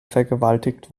vergewaltigt